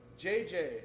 JJ